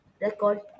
record